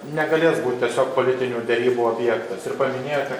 negalės būt tiesiog politinių derybų objektas ir paminėjote